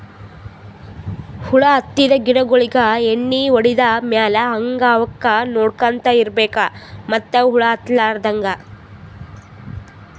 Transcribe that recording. ಹುಳ ಹತ್ತಿದ್ ಗಿಡಗೋಳಿಗ್ ಎಣ್ಣಿ ಹೊಡದ್ ಮ್ಯಾಲ್ ಹಂಗೆ ಅವಕ್ಕ್ ನೋಡ್ಕೊಂತ್ ಇರ್ಬೆಕ್ ಮತ್ತ್ ಹುಳ ಹತ್ತಲಾರದಂಗ್